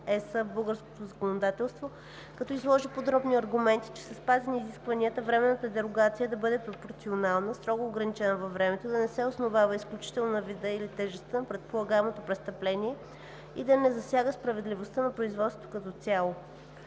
в българското законодателство, като изложи подробни аргументи, че са спазени изискванията временната дерогация да бъде пропорционална, строго ограничена във времето, да не се основава изключително на вида или тежестта на предполагаемото престъпление и да не засяга справедливостта на производството като цяло.